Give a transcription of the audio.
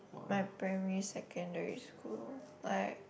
my primary secondary school I